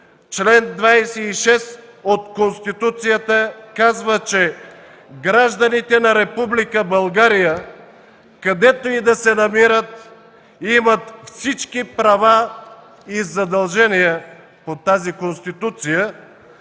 чл. 26 от Конституцията казва, че гражданите на Република България, където и да се намират, имат всички права и задължения по тази Конституция.